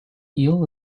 eel